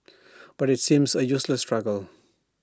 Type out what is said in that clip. but IT seems A useless struggle